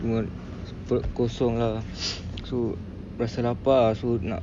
semua perut kosong lah so rasa lapar so nak